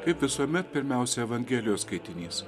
kaip visuomet pirmiausia evangelijos skaitinys